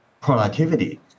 productivity